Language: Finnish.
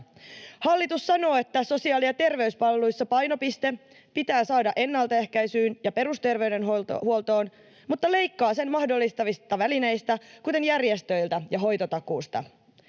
Hallitus sanoo, että sosiaali‑ ja terveyspalveluissa painopiste pitää saada ennaltaehkäisyyn ja perusterveydenhuoltoon, mutta leikkaa sen mahdollistavista välineistä, kuten järjestöiltä ja hoitotakuusta.